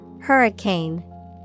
Hurricane